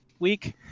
week